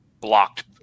blocked